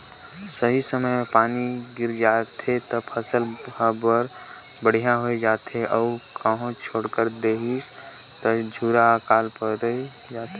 सही समय मे पानी गिर जाथे त फसल हर बड़िहा होये जाथे अउ कहो छोएड़ देहिस त झूरा आकाल पइर जाथे